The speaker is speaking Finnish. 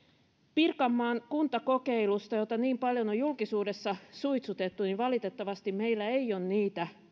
pirkanmaan kuntakokeilusta jota niin paljon on julkisuudessa suitsutettu valitettavasti meillä ei ole niitä